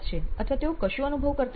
અથવા તેઓ કશું અનુભવ કરતા નથી